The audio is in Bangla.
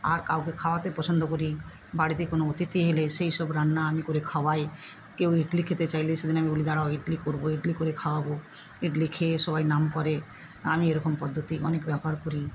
আর কাউকে খাওয়াতে পছন্দ করি বাড়িতে কোনো অতিথি এলে সেই সব রান্না আমি করে খাওয়াই কেউ ইডলি খেতে চাইলে সেদিন আমি বলি দাঁড়াও ইডলি করব ইডলি করে খাওয়াবো ইডলি খেয়ে সবাই নাম করে আমি এরকম পদ্ধতি অনেক ব্যবহার করি